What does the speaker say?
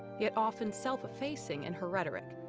yet often self-effacing in her rhetoric.